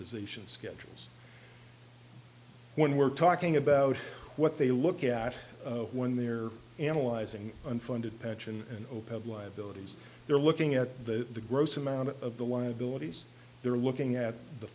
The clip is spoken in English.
ation schedules when we're talking about what they look at when they're analyzing unfunded pension and opeth liabilities they're looking at the gross amount of the liabilities they're looking at the